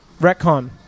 retcon